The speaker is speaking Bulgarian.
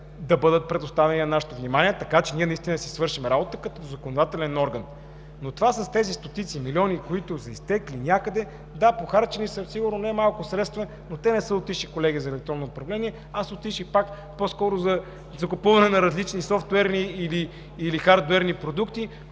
да бъдат предоставени на нашето внимание, така че и ние да си свършим работата като законодателен орган. Но това с тези стотици, милиони, които са изтекли някъде… Да, сигурно са похарчени не малко средства, но те, колеги, не са отишли за електронно управление, а са отишли по-скоро за закупуване на различни софтуерни или хардуерни продукти,